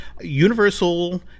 Universal